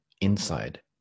inside